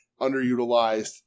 underutilized